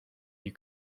you